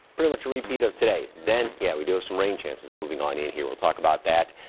pretty much repeat of today, then yeah we do have some rain chances moving on in here we'll talk about that.